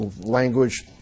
language